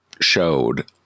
showed